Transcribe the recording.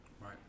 Right